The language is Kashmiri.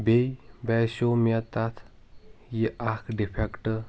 بیٚیہِ باسیو مے تَتھ یہِ اَکھ ڈِفٮ۪کٹ